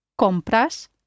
compras